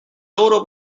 loro